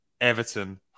Everton